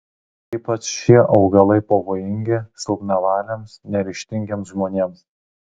ypač šie augalai pavojingi silpnavaliams neryžtingiems žmonėms